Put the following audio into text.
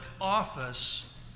office